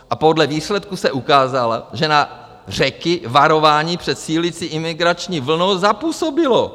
A podle výsledků se ukázalo, že na Řeky varování před sílící imigrační vlnou zapůsobilo.